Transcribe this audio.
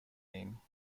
ایم